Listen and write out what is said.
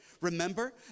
Remember